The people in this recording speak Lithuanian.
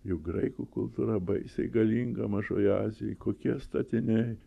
juk graikų kultūra baisiai galinga mažoje azijoj kokie statiniai